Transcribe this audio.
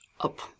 up